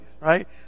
right